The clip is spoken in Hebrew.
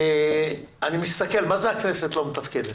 אני מסתכל מה זה הכנסת לא מתפקדת?